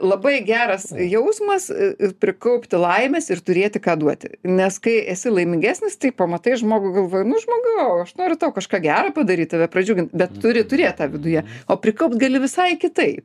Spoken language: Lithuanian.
labai geras jausmas ir prikaupti laimės ir turėti ką duoti nes kai esi laimingesnis tai pamatai žmogų galvoji nu žmogau aš noriu tau kažką gero padaryt tave pradžiugint bet turi turėt tą viduje o prikaupt gali visai kitaip